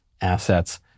assets